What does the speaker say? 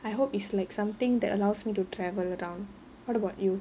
I hope is like something that allows me to travel around what about you